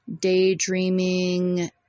daydreaming